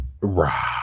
Right